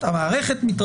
המבצעת.